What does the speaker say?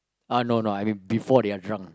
uh no no I mean before they are drunk